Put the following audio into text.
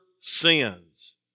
sins